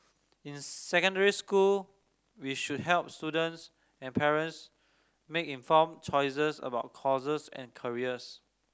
in secondary school we should help students and parents make informed choices about courses and careers